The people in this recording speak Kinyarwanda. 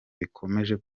bikomeje